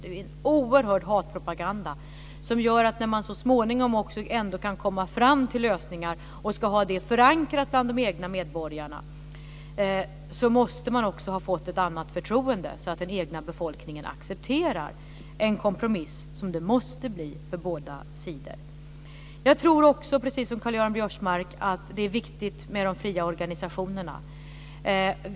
Det är en oerhörd hatpropaganda som gör att när man så småningom ändå kan komma fram till lösningar och ska ha dem förankrade bland de egna medborgarna så måste man också ha fått ett annat förtroende, så att den egna befolkningen accepterar en kompromiss som det måste bli för båda sidor. Jag tror också, precis som Karl-Göran Biörsmark, att det är viktigt med de fria organisationerna.